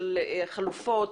של חלופות?